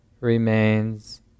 remains